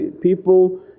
people